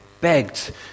begged